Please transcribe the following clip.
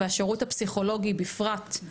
והשירות הפסיכולוגי בפרט.